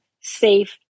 safe